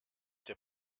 der